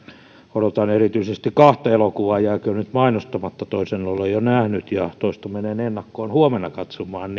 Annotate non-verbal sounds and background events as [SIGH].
odotan erityisesti kahta elokuvaa jääköön nyt mainostamatta mutta toisen olen jo nähnyt ja toista menen ennakkoon huomenna katsomaan [UNINTELLIGIBLE]